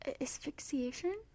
asphyxiation